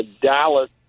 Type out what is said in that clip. Dallas